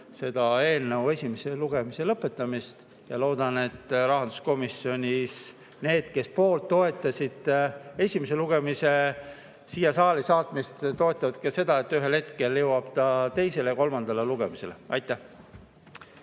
toetas selle esimese lugemise lõpetamist ja loodan, et rahanduskomisjonis need, kes toetasid esimese lugemise siia saali saatmist, toetavad seda, et ühel hetkel jõuab see teisele ja kolmandale lugemisele. Aitäh!